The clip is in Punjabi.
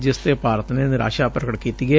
ਜਿਸ ਤੇ ਭਾਰਤ ਨੇ ਨਿਰਾਸ਼ਾ ਪ੍ਗਟ ਕੀਤੀ ਏ